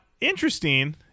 interesting